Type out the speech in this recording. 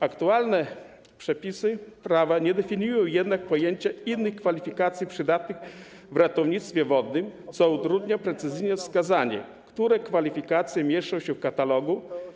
Aktualne przepisy prawa nie definiują jednak pojęcia innych kwalifikacji przydatnych w ratownictwie wodnym, co utrudnia precyzyjne wskazanie, które kwalifikacje mieszczą się w katalogu.